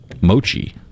Mochi